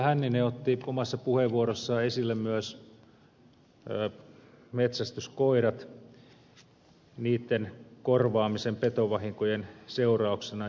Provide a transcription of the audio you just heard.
hänninen otti omassa puheenvuorossaan esille myös metsästyskoirat niitten korvaamisen petovahinkojen seurauksena